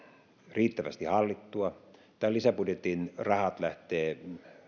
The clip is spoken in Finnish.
riittävästi hallittua ja tämän lisäbudjetin rahat lähtevät